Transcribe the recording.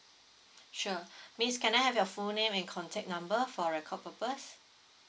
sure miss can I have your full name and contact number for record purpose